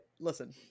Listen